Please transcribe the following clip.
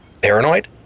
Paranoid